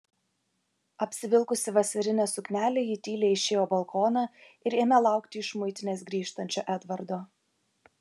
apsivilkusi vasarinę suknelę ji tyliai išėjo balkoną ir ėmė laukti iš muitinės grįžtančio edvardo